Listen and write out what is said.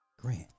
Grant